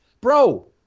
bro